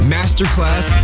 Masterclass